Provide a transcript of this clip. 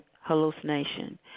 hallucination